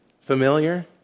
Familiar